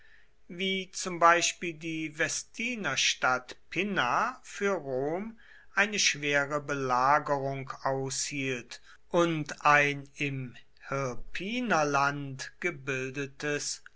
wie zum beispiel die vestinerstadt pinna für rom eine schwere belagerung aushielt und ein im hirpinerland gebildetes